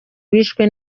wishwe